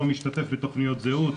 או משתתף בתוכניות זהות,